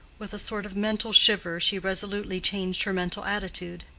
with a sort of mental shiver, she resolutely changed her mental attitude.